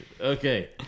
Okay